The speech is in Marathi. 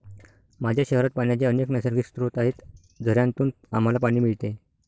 माझ्या शहरात पाण्याचे अनेक नैसर्गिक स्रोत आहेत, झऱ्यांतून आम्हाला पाणी मिळते